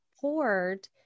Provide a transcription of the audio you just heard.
poured